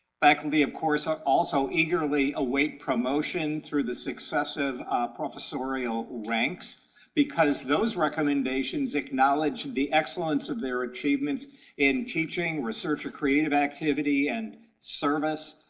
faculty, of course, are also eagerly awaiting promotion through the successive professorial ranks because those recommendations acknowledge the excellence of their achievements in teaching, research, or creative activity and service,